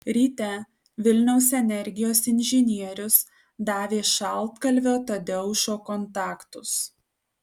ryte vilniaus energijos inžinierius davė šaltkalvio tadeušo kontaktus